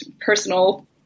personal